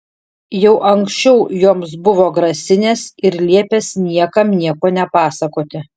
jau anksčiau joms buvo grasinęs ir liepęs niekam nieko nepasakoti